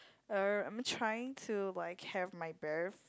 uh I'm trying to like have my bare